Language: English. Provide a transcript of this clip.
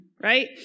right